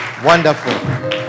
Wonderful